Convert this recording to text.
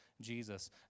Jesus